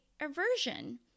aversion